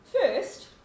First